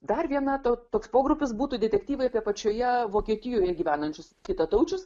dar viena ta toks pogrupis būtų detektyvai apie pačioje vokietijoje gyvenančius kitataučius